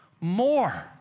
more